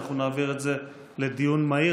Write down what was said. אנחנו נעביר את זה לדיון מהיר.